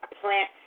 Plant